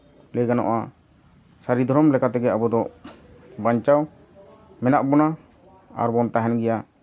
ᱞᱟᱹᱭ ᱜᱟᱱᱚᱜᱼᱟ ᱥᱟᱹᱨᱤ ᱫᱷᱚᱨᱚᱢ ᱞᱮᱠᱟ ᱛᱮᱜᱮ ᱟᱵᱚᱫᱚ ᱵᱟᱧᱪᱟᱣ ᱢᱮᱱᱟᱜ ᱵᱚᱱᱟ ᱟᱨᱵᱚᱱ ᱛᱟᱦᱮᱱ ᱜᱮᱭᱟ